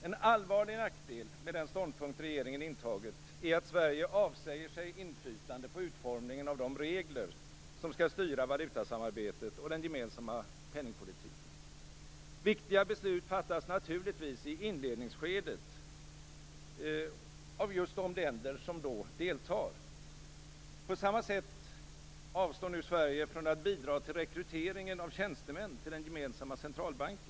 En allvarlig nackdel med den ståndpunkt som regeringen har intagit är att Sverige avsäger sig inflytande på utformningen av de regler som skall styra valutasamarbetet och den gemensamma penningpolitiken. Viktiga beslut fattas naturligtvis i inledningsskedet av just de länder som då deltar. På samma sätt avstår nu Sverige från att bidra till rekryteringen av tjänstemän till den gemensamma centralbanken.